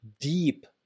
deep